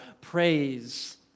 praise